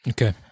Okay